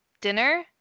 dinner